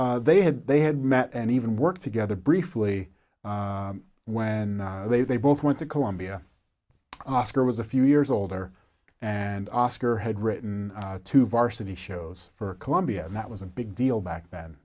they had they had met and even worked together briefly when they both went to columbia oscar was a few years older and oscar had written two varsity shows for columbia and that was a big deal back then